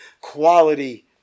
quality